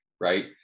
right